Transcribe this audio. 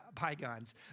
bygones